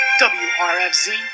WRFZ